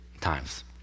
times